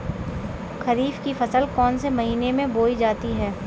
खरीफ की फसल कौन से महीने में बोई जाती है?